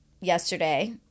yesterday